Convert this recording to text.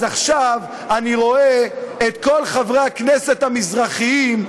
אז עכשיו אני רואה את כל חברי הכנסת המזרחיים,